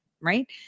right